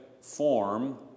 form